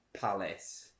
Palace